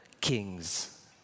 king's